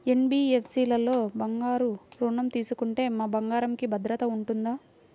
NBFC లలో బంగారు ఋణం తీసుకుంటే మా బంగారంకి భద్రత ఉంటుందా?